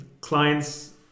clients